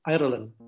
Ireland